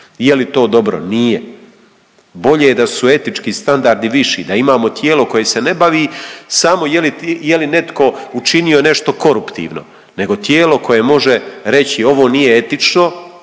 Je li to dobro? Nije. Bolje da su etički standardi viši, da imamo tijelo koje se ne bavi samo je li netko učinio nešto koruptivno nego kao tijelo koje može reći ovo nije etično